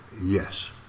yes